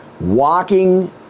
walking